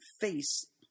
face